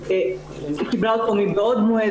היא קיבלה אותו מבעוד מועד,